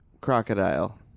crocodile